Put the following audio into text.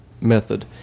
method